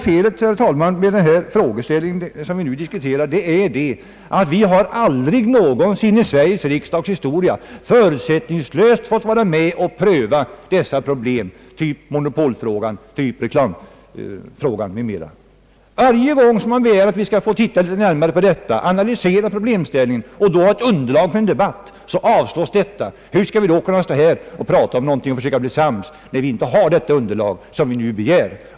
Felet med den här frågeställningen är att Sveriges riksdag aldrig någonsin fått förutsättningslöst pröva dessa problem — monopolfrågan, reklamfrågan m.fl. Varje gång man begär att få närmare analysera problemställningarna för att få underlag för en debatt, så avslås detta. Hur skall vi kunna stå här och prata och försöka bli sams, när vi inte har underlag för diskussionen?